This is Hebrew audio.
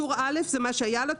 טור א' זה מה שהיה לו,